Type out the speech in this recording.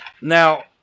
Now